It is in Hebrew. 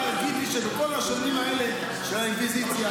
ואתה לא יכול להגיד לי שבכל השנים האלה של האינקוויזיציה,